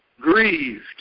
grieved